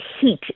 heat